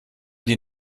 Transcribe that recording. die